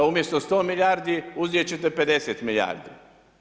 Umjesto 100 milijardi, uzeti ćete 50 milijardi.